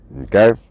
okay